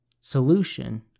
solution